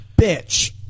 bitch